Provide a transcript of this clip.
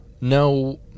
no